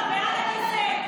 בעד הכיסא שלך.